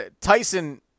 Tyson